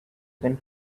can